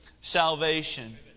salvation